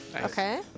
Okay